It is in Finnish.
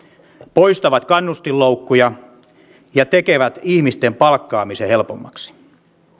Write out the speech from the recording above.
poistavat kannustinloukkuja ja tekevät ihmisten palkkaamisen helpommaksi